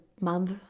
month